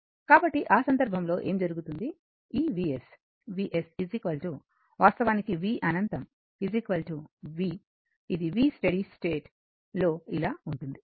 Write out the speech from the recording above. కాబట్టి ఆ సందర్భంలో ఏమి జరుగుతుంది ఈ Vs Vs వాస్తవానికి v అనంతం v ఇది v స్టడీ స్టేట్ లో ఇలా ఉంటుంది